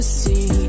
see